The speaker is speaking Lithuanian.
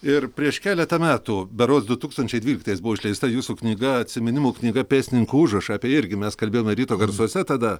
ir prieš keletą metų berods du tūkstančiai dvyliktais buvo išleista jūsų knyga atsiminimų knyga pėstininkų užrašai apie irgi mes kalbėjome ryto garsuose tada